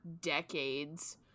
decades